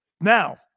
Now